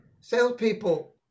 salespeople